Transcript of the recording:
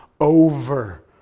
over